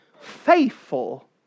faithful